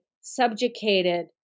subjugated